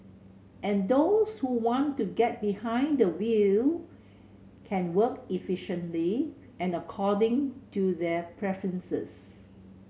and those who want to get behind the wheel can work efficiently and according to their preferences